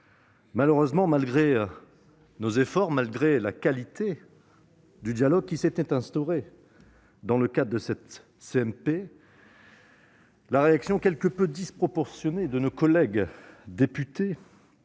Malheureusement, malgré nos efforts et malgré la qualité du dialogue qui s'était instauré, la réaction quelque peu disproportionnée de nos collègues députés